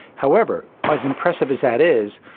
however, as impressive as that is,